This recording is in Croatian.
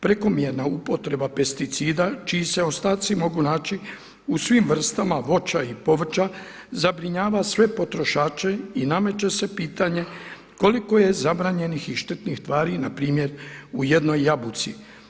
Prekomjerna upotreba pesticida čiji se ostaci mogu naći u svim vrstama voća i povrća, zabrinjava sve potrošače i nameće se pitanje koliko je zabranjenih i štetnih tvari na primjer u jednoj jabuci.